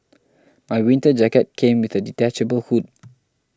my winter jacket came with a detachable hood